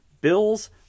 bills